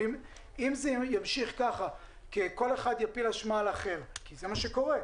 אבל אם זה ימשיך כך וכל אחד יפיל אשמה על אחר כי זה מה שקורה,